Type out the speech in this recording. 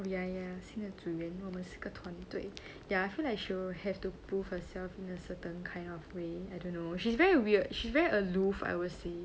oh ya ya 新的组员我们是一个团队 ya I feel she will have to prove herself in a certain kind of way I don't know she's very weird she very aloof I will say